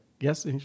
yes